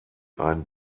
ein